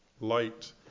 light